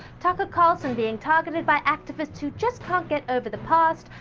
tucker carlson being targeted by activists who just can't get over the past,